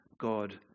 God